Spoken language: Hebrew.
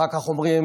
אחר כך אומרים: